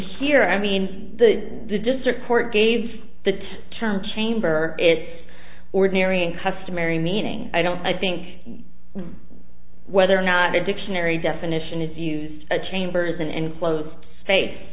here i mean that the district court gave the term chamber is ordinary and customary meaning i don't i think whether or not the dictionary definition is used a chamber is an enclosed space